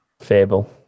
Fable